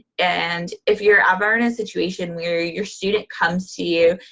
and if you're ever in a situation where your student comes to you,